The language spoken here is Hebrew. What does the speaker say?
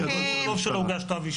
טוב שלא הוגש כתב אישום.